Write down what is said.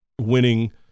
winning